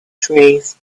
trees